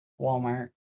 walmart